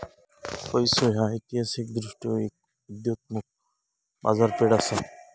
पैसो ह्या ऐतिहासिकदृष्ट्यो एक उदयोन्मुख बाजारपेठ असा